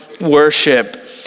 worship